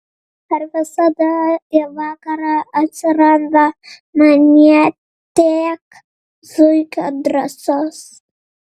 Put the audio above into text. ar visada į vakarą atsiranda manyje tiek zuikio drąsos